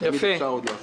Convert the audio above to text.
ותמיד אפשר עוד לעשות.